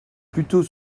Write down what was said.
plutôt